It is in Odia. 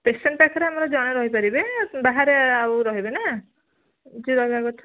ପେସେଣ୍ଟ୍ ପାଖରେ ଆମର ଜଣେ ରହି ପାରିବେ ବାହାରେ ଆଉ ରହିବେ ନା ଯିଏ ରହିବା କଥା